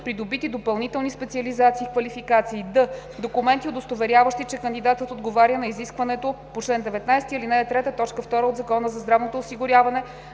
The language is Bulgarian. придобити допълнителни специализации и квалификации; д) документи, удостоверяващи, че кандидатът отговаря на изискването по чл. 19, ал. 3, т. 2 от Закона за здравното осигуряване